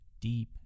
deep